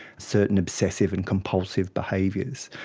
certain obsessive and compulsive behaviours.